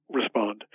respond